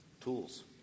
tools